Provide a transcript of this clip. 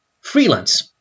freelance